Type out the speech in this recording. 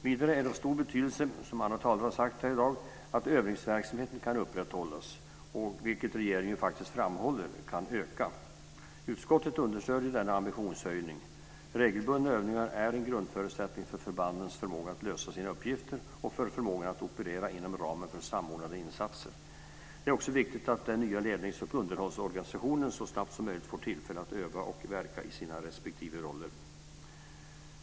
Vidare är det av stor betydelse, som andra talare har sagt här i dag, att övningsverksamheten kan upprätthållas och, vilket regeringen faktiskt framhåller, kan öka. Utskottet understödjer denna ambitionshöjning. Regelbundna övningar är en grundförutsättning för förbandens förmåga att lösa sina uppgifter och för förmågan att operera inom ramen för samordnade insatser. Det är också viktigt att den nya ledningsoch underhållsorganisationen så snabbt som möjligt får tillfälle att öva och verka i sina respektive roller.